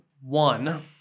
one